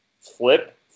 Flip